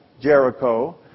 Jericho